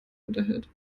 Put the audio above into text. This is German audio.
unterhält